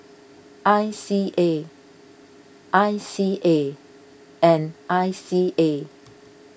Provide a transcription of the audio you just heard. I C A I C A and I C A